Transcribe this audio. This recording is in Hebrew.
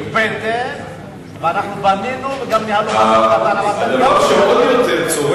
גם אתה משתתף